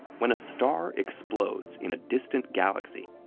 when a star explodes in a distant galaxy,